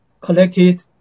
collected